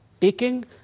taking